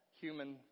human